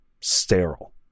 sterile